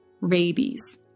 rabies